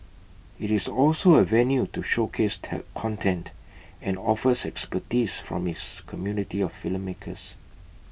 IT is also A venue to showcase content and offers expertise from its community of filmmakers